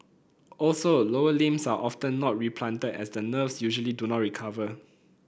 also lower limbs are often not replanted as the nerves usually do not recover